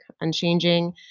unchanging